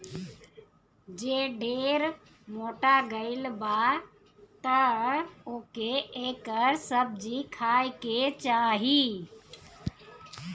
जे ढेर मोटा गइल बा तअ ओके एकर सब्जी खाए के चाही